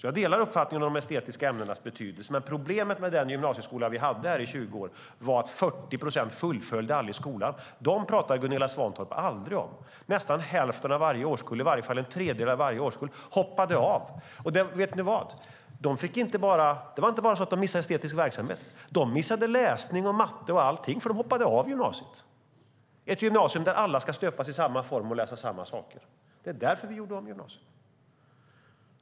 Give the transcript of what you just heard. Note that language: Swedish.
Jag delar uppfattningen om de estetiska ämnenas betydelse, men problemet med den gymnasieskola vi hade i 20 år var att 40 procent aldrig fullföljde utbildningen. Dem pratar Gunilla Svantorp aldrig om. Nästan hälften av varje årskull, i varje fall en tredjedel av varje årskull, hoppade av. Vet ni vad? Det missade inte bara estetisk verksamhet. De missade läsning och matte och allting eftersom de hoppade av gymnasiet. Det var ett gymnasium där alla skulle stöpas i samma form och läsa samma saker. Det var därför vi gjorde om gymnasiet.